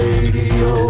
Radio